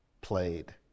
played